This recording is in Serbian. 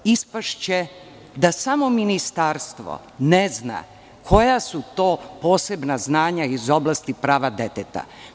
Ispašće da samo ministarstvo ne zna koja su to posebna znanja iz oblasti prava deteta.